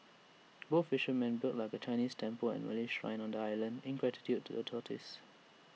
both fishermen built of A Chinese temple and A Malay Shrine on the island in gratitude to the tortoise